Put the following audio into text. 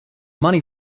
money